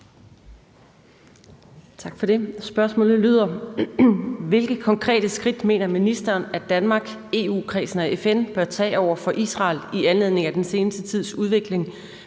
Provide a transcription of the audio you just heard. Pelle Dragsted (EL)): Hvilke konkrete skridt mener ministeren at Danmark, EU-kredsen og FN bør tage over for Israel i anledning af den seneste tids udvikling,